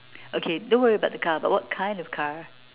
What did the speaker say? okay don't worry about the car but what kind of car